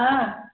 हा